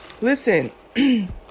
Listen